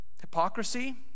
hypocrisy